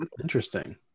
interesting